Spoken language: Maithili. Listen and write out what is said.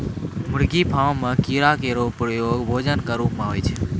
मुर्गी फार्म म कीड़ा केरो प्रयोग भोजन क रूप म होय छै